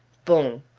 bon!